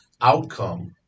outcome